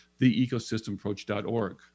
theecosystemapproach.org